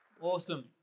Awesome